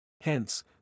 Hence